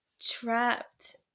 trapped